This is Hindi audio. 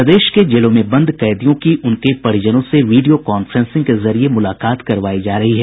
प्रदेश के जेलों में बंद कैदियों की उनके परिजनों से वीडियो कांफ्रेंसिंग के जरिये मुलाकात करवायी जा रही है